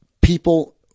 people